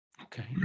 okay